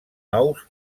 nous